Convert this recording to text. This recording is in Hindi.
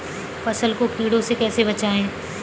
फसल को कीड़ों से कैसे बचाएँ?